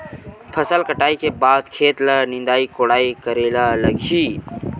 फसल कटाई के बाद खेत ल निंदाई कोडाई करेला लगही?